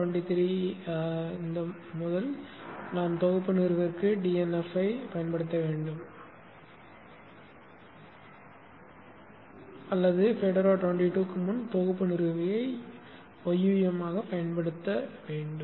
Fedora 22 முதல் நாம் தொகுப்பு நிறுவிக்கு dnf ஐப் பயன்படுத்த வேண்டும் அல்லது fedora 22 க்கு முன் தொகுப்பு நிறுவியை yum ஆகப் பயன்படுத்த வேண்டும்